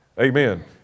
Amen